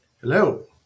Hello